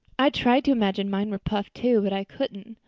i tried to imagine mine were puffed, too, but i couldn't.